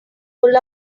full